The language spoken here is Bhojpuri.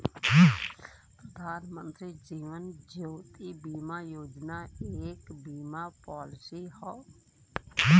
प्रधानमंत्री जीवन ज्योति बीमा योजना एक बीमा पॉलिसी हौ